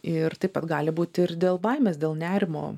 ir taip pat gali būti ir dėl baimės dėl nerimo